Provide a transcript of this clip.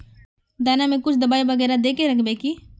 दाना में कुछ दबाई बेगरा दय के राखबे की?